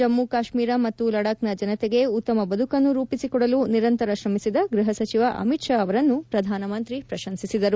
ಜಮ್ಮ ಕಾಶ್ಮೀರ ಮತ್ತು ಲಡಾಬ್ನ ಜನತೆಗೆ ಉತ್ತಮ ಬದುಕನ್ನು ರೂಪಿಸಿಕೊಡಲು ನಿರಂತರ ಶ್ರಮಿಸಿದ ಗೃಹ ಸಚಿವ ಅಮಿತ್ ಷಾ ಅವರನ್ನು ಪ್ರಧಾನಮಂತ್ರಿ ಪ್ರಶಂಸಿಸಿದರು